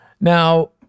Now